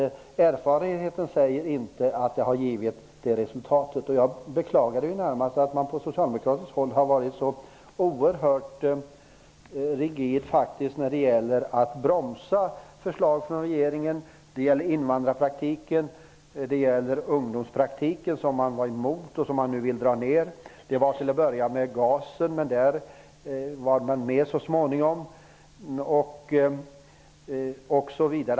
Erfarenheten säger att de inte har gett önskat resultat. Jag beklagar närmast att man från socialdemokratiskt håll har varit så oerhört rigid när det gäller att bromsa förslag från regeringen. Det gäller invandrarpraktiken och det gäller ungdomspraktiken, som man var emot och som man nu vill dra ner på. Det var till att börja med GAS, men där anslöt man sig så småningom.